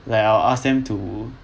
like I'll ask them to